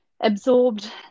absorbed